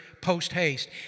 post-haste